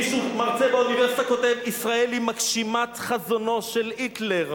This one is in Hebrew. מרצה באוניברסיטה כותב: "ישראל היא מגשימת חזונו של היטלר".